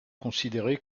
considéré